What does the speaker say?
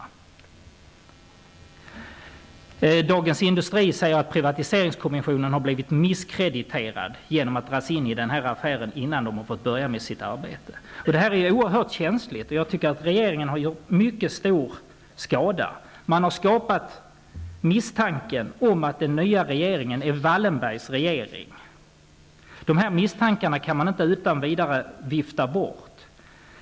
I Dagens Industri sägs det att privatiseringskommissionen har blivit misskrediterad genom att den dragits in i den här affären, innan man har fått börja med sitt arbete. Det här är oerhört känsligt. Jag tycker att regeringen har gjort mycket stor skada. Den har medverkat till att misstanken har uppstått att den nya regeringen är Wallenbergs regering. Misstankar av det slaget kan inte utan vidare viftas bort.